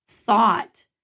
thought